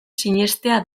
sinestea